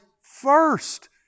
first